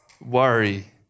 worry